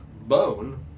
bone